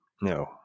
no